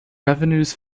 revenues